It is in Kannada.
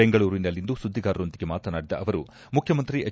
ಬೆಂಗಳೂರಿನಲ್ಲಿಂದು ಸುದ್ದಿಗಾರರೊಂದಿಗೆ ಮಾತನಾಡಿದ ಅವರು ಮುಖ್ಯಮಂತ್ರಿ ಹೆಚ್